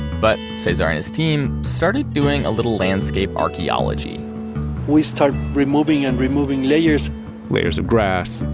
but caesar and his team started doing a little landscape archeology we start removing and removing layers layers of grass,